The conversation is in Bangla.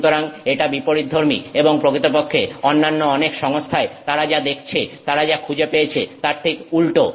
সুতরাং এটা বিপরীতধর্মী এবং প্রকৃতপক্ষে অন্যান্য অনেক সংস্থায় তারা যা দেখেছে তারা যা খুঁজে পেয়েছে তার ঠিক উল্টো